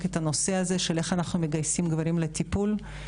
את הנושא איך אנחנו מגייסים גברים לטיפול.